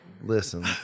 Listen